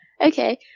Okay